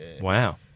wow